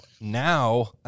now